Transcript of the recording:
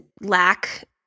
lack